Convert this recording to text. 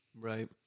right